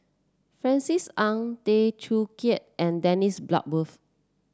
Francis Ng Tay Teow Kiat and Dennis Bloodworth